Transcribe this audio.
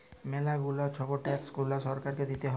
ম্যালা গুলা ছব ট্যাক্স গুলা সরকারকে দিতে হ্যয়